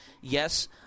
yes